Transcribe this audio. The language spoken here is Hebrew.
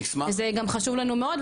זה גם חשוב לנו מאוד,